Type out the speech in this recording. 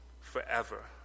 forever